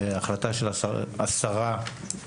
זו היתה החלטה של השרה הקודמת.